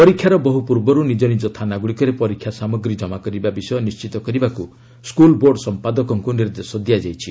ପରୀକ୍ଷାର ବହୁ ପୂର୍ବରୁ ନିକ ନିଜ ଥାନାଗ୍ରଡ଼ିକରେ ପରୀକ୍ଷା ସାମଗ୍ରୀ ଜମା କରିବା ବିଷୟ ନିଶ୍ଚିତ କରିବାକୃ ସ୍କୁଲ୍ ବୋର୍ଡ଼ ସମ୍ପାଦକଙ୍କୁ ନିର୍ଦ୍ଦେଶ ଦିଆଯାଇଛି